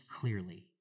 clearly